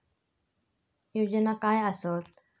योजना काय आसत?